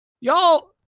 y'all